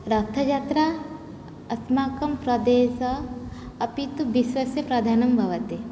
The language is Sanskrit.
रथयात्रा अस्माकं प्रदेशे अपि तु विश्वस्य प्रधानम् भवति